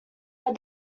but